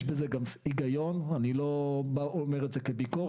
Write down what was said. יש בזה גם היגיון, אני לא אומר את זה כביקורת.